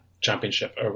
championship